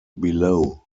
below